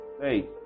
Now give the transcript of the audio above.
hey